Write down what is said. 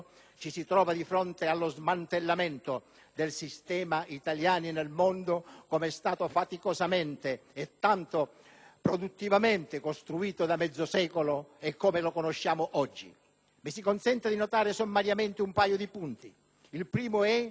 ci si trova di fronte allo smantellamento del sistema «italiani nel mondo», come è stato faticosamente e tanto produttivamente costruito da mezzo secolo e come lo conosciamo oggi. Mi si consenta di notare sommariamente un paio di punti. Il primo è